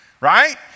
right